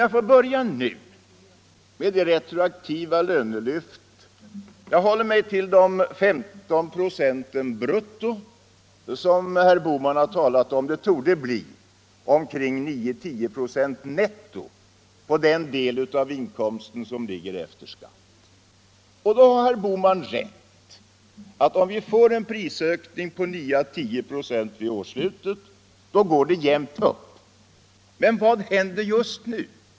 Jag börjar med det retroaktiva lönelyftet. Jag håller mig till de 15 procent brutto som herr Bohman har talat om men som torde bli omkring 9-10 96 netto på den del på inkomsten som finns kvar efter skatt. Då har herr Bohman rätt i att det går jämt upp om vi får en prisökning på 9-10 96 vid årsskiftet. Men vad händer just nu?